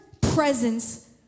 presence